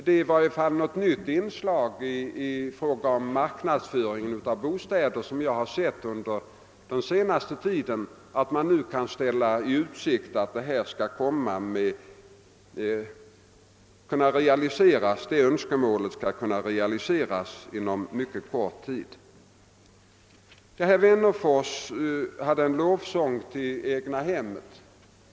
Detta är i varje fall ett nytt inslag i marknadsföringen av bostäder som jag har sett under den senaste tiden, nämligen att man nu ställer i utsikt att dessa Önskemål skall kunna realiseras inom en mycket kort tid. Herr Wennerfors sjöng en lovsång till egnahemmet.